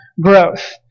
growth